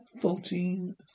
fourteen